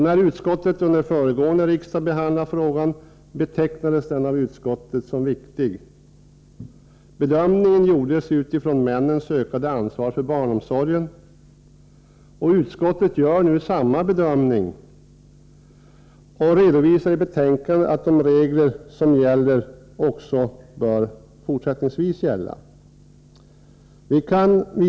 När utskottet under föregående riksmöte behandlade frågan betecknades den som viktig. Bedömningen gjordes utifrån männens ökade ansvar för barnomsorgen. Utskottet gör nu samma bedömning och redovisar i betänkandet att de regler som f.n. gäller också bör gälla i fortsättningen.